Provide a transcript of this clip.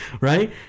right